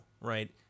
right